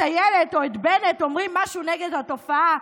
אילת או את בנט אומרים משהו נגד התופעה,